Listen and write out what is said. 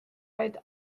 vaid